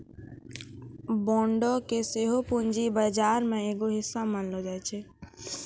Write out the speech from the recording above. बांडो के सेहो पूंजी बजार के एगो हिस्सा मानलो जाय छै